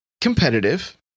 Competitive